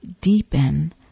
deepen